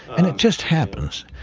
and it just happens,